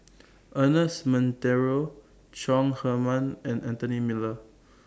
Ernest Monteiro Chong Heman and Anthony Miller